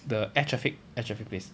the air traffic air traffic place